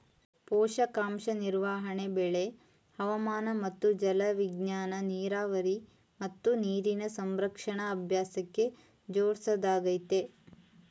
ಪೋಷಕಾಂಶ ನಿರ್ವಹಣೆ ಬೆಳೆ ಹವಾಮಾನ ಮತ್ತು ಜಲವಿಜ್ಞಾನನ ನೀರಾವರಿ ಮತ್ತು ನೀರಿನ ಸಂರಕ್ಷಣಾ ಅಭ್ಯಾಸಕ್ಕೆ ಜೋಡ್ಸೊದಾಗಯ್ತೆ